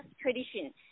tradition